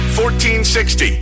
1460